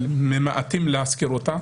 אבל ממעטים להזכיר אותה